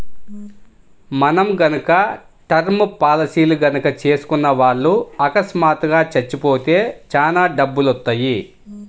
మనం గనక టర్మ్ పాలసీలు గనక చేసుకున్న వాళ్ళు అకస్మాత్తుగా చచ్చిపోతే చానా డబ్బులొత్తయ్యి